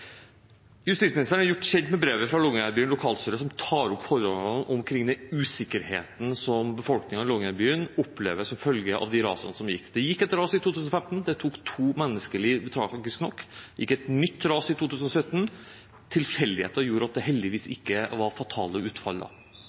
Justisministeren er gjort kjent med brevet fra Longyearbyen lokalstyre, som tar opp forholdene omkring den usikkerheten som befolkningen i Longyearbyen opplever som følge av de rasene som har gått. Det gikk et ras i 2015, det tok to menneskeliv – tragisk nok. Det gikk et nytt ras i 2017 – tilfeldigheter gjorde at det heldigvis ikke fikk fatalt utfall.